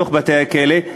בתוך בתי-הכלא: